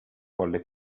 volle